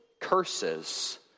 curses